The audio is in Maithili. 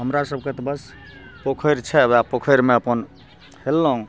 हमरा सबके तऽ बस पोखरि छै ओएह पोखरि मे अपन हेललहुँ